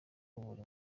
buri